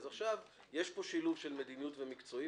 אז עכשיו יש פה שילוב של מדיניות ומקצועי,